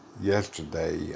yesterday